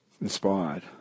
inspired